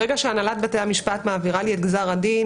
ברגע שהנהלת בתי המשפט מעבירה לי את גזר הדין,